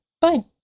fine